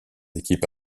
équipes